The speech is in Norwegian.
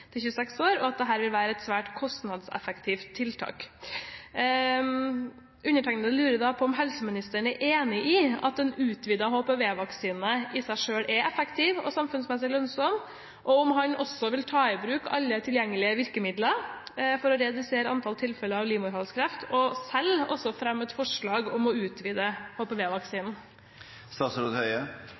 26 år, og at dette vil være et svært kostnadseffektivt tiltak. Undertegnede lurer da på om helseministeren er enig i at en utvidet HPV-vaksine i seg selv er effektiv og samfunnsmessig lønnsom, og om han også vil ta i bruk alle tilgjengelige virkemidler for å redusere antall tilfeller av livmorhalskreft og selv også fremme et forslag om å utvide